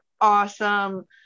awesome